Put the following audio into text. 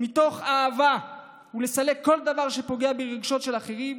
יחד מתוך אהבה ולסלק כל דבר שפוגע ברגשות של אחרים,